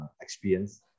experience